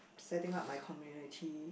setting up my community